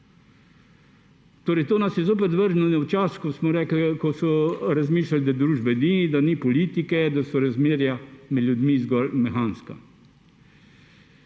to nas je zopet vrnilo v čas, ko smo rekli, ko so razmišljali, da družbe ni, da ni politike, da so razmerja med ljudmi zgolj mehanska.